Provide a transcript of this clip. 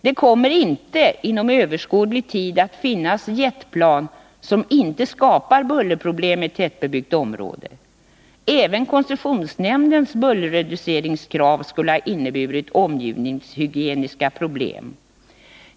Det kommer inte inom överskådlig tid att finnas jetplan som inte skapar bullerproblem i tättbebyggt område. Även om koncessionsnämndens bullerreduceringskrav hade uppfyllts skulle det ha inneburit omgivningshygieniska problem.